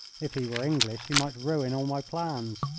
if he were english he might ruin all my plans.